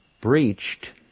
breached